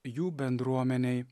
jų bendruomenei